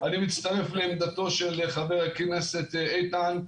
אני מצטרף לעמדתו של חבר הכנסת איתן גינזבורג,